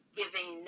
giving